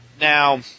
Now